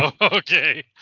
Okay